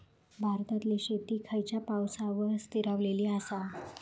भारतातले शेती खयच्या पावसावर स्थिरावलेली आसा?